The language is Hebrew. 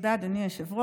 תודה, אדוני היושב-ראש.